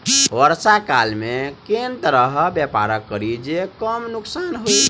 वर्षा काल मे केँ तरहक व्यापार करि जे कम नुकसान होइ?